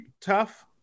tough